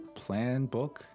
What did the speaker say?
,plan,book